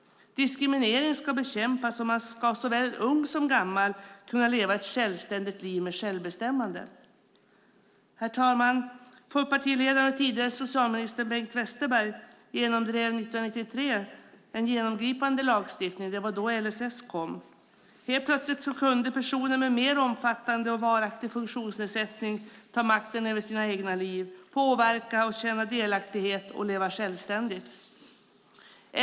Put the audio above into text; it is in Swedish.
Diskriminering ska bekämpas, och såväl ung som gammal ska kunna leva ett självständigt liv med självbestämmande. Herr talman! Folkpartiledaren och tidigare socialministern Bengt Westerberg genomdrev 1993 en genomgripande lagstiftning. Det var då LSS kom. Helt plötsligt kunde personer med mer omfattande och varaktig funktionsnedsättning ta makten över sina egna liv, påverka, känna delaktighet och leva självständigt.